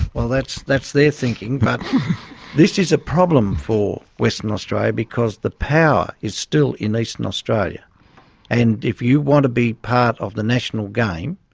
well, that's that's their thinking, but this is a problem for western australia, because the power is still in eastern australia and if you want to be part of the national game,